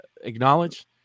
acknowledge